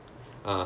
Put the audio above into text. uh